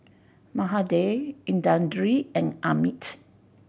Mahade Indranee and Amit